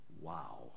wow